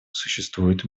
существует